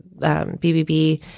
BBB